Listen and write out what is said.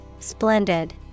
Splendid